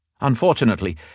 Unfortunately